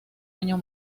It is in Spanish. año